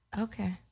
Okay